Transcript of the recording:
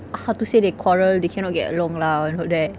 how to say they quarrel they cannot get along lah and hope that